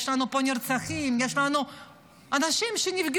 יש לנו פה נרצחים ויש לנו אנשים שנפגעו,